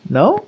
no